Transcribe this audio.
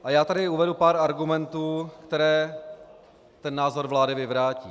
A já tady uvedu pár argumentů, které názor vlády vyvrátí.